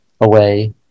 away